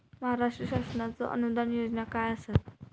महाराष्ट्र शासनाचो अनुदान योजना काय आसत?